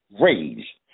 Rage